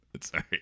Sorry